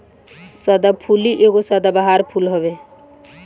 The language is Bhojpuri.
सदाफुली एगो सदाबहार फूल हवे